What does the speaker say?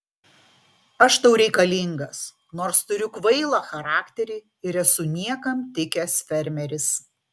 aš tau reikalingas nors turiu kvailą charakterį ir esu niekam tikęs fermeris